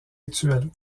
actuelle